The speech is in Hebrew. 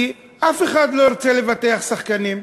כי אף אחד לא ירצה לבטח שחקנים.